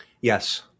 Yes